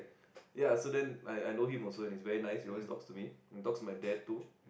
ya so then I I know him also he is very nice he always talk to me and talk to my dad too